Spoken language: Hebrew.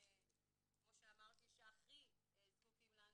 כמו שאמרתי, שהכי זקוקים לנו.